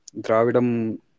Dravidam